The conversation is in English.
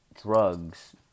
drugs